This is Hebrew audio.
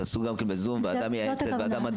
תעשו בזום ועדה מייעצת, ועדה מדעית.